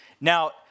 Now